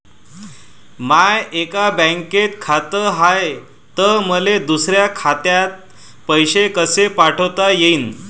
माय एका बँकेत खात हाय, त मले दुसऱ्या खात्यात पैसे कसे पाठवता येईन?